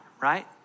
right